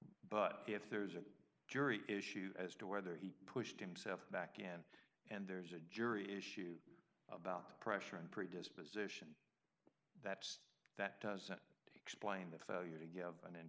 but if there's a jury issue as to whether he pushed himself back in and there's a jury issues about pressuring predisposition that that doesn't explain the failure to give an